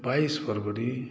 बाइस फरवरी